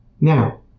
Now